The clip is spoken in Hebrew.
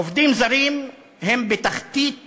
עובדים זרים הם בתחתית הסולם,